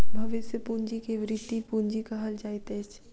भविष्य पूंजी के वृति पूंजी कहल जाइत अछि